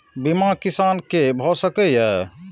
बीमा किसान कै भ सके ये?